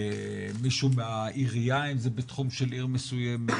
מישהו מהעירייה אם זה בתחום של עיר מסוימת,